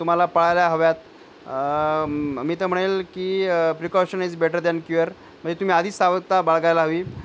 तुम्हाला पळायल्या हव्यात मग मी तर म्हणेल की precaution is better than cure म्हणजे तुम्ही आधीच सावधता बाळगायला हवी